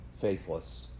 faithless